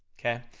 okay?